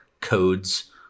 codes